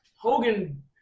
Hogan